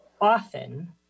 often